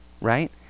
Right